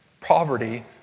poverty